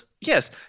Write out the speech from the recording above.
Yes